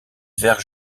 vers